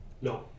No